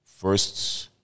first